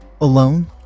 Alone